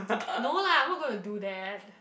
no lah I'm not gonna do that